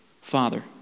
Father